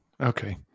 Okay